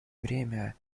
время